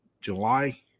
July